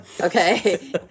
Okay